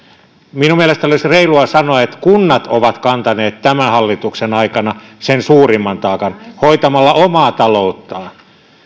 minun mielestäni olisi reilua sanoa että kunnat ovat kantaneet tämän hallituksen aikana sen suurimman taakan hoitamalla omaa talouttaan